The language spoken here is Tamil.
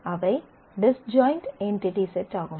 அவை டிஸ்ஜாயிண்ட் என்டிடி செட் ஆகும்